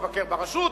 מבקר ברשות,